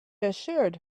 assured